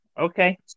Okay